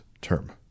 term